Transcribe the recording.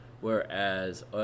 whereas